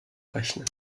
rechnen